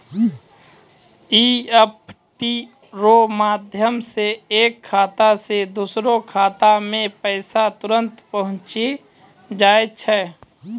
EFT रो माध्यम से एक खाता से दोसरो खातामे पैसा तुरंत पहुंचि जाय छै